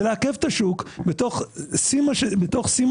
זה לעכב את השוק בתוך שיא משבר,